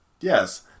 Yes